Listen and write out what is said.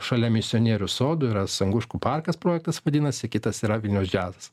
šalia misionierių sodų yra sanguškų parkas projektas vadinasi kitas yra vilniaus džiazas